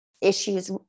issues